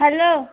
hello